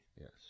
yes